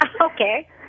Okay